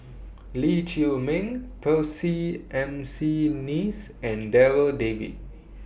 Lee Chiaw Meng Percy M C Neice and Darryl David